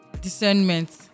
Discernment